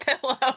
Pillow